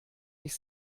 mich